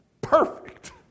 perfect